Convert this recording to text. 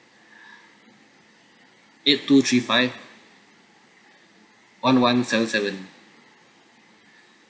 eight two three five one one seven seven